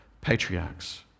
patriarchs